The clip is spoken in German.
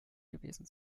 gewesen